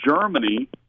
Germany